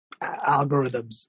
algorithms